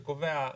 שקובע,